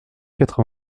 quatre